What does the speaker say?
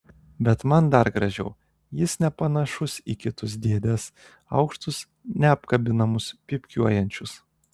bet man dar gražiau jis nepanašus į kitus dėdes aukštus neapkabinamus pypkiuojančius